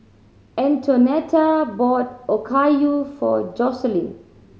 Antonetta bought Okayu for Joseline